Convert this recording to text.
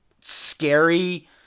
scary